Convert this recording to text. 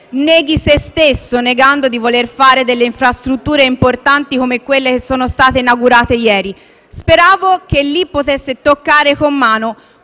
neghi se stesso negando di voler fare delle infrastrutture importanti come quelle che sono state inaugurate ieri. Speravo che lì potesse toccare con mano